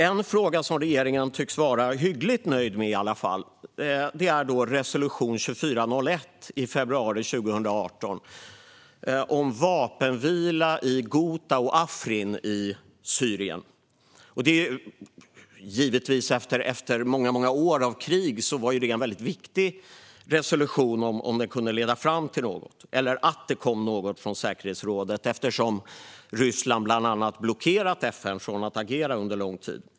En fråga som regeringen i alla fall tycks vara hyggligt nöjd med är resolution 2401 från februari 2018 om vapenvila i Ghouta och Afrin i Syrien. Efter många år av krig var detta givetvis en viktig resolution, om den kunde leda fram till något, och det var över huvud taget viktigt att det kom något från säkerhetsrådet eftersom Ryssland under lång tid blockerat FN från att agera.